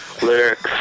Lyrics